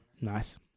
Nice